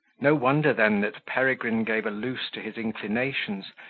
no wonder then that peregrine gave a loose to his inclinations,